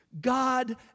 God